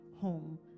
home